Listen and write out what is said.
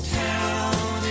town